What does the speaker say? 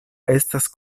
estas